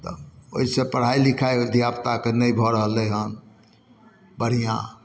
तऽ ओइसँ पढ़ाइ लिखाइ धियापुताके नहि भऽ रहलै हन बढ़िआँ